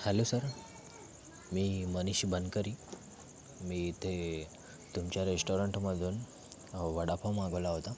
hello sir मी मनीष बनकरी मी ते तुमच्या रेस्टॉरंटमधून वडापाव मागवला होता